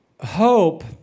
hope